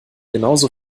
genauso